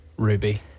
Ruby